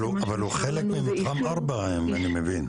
אבל הוא חלק ממתחם 4, אם אני מבין.